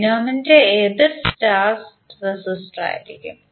denominator എതിർ star റെസിസ്റ്ററായിരിക്കും